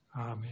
Amen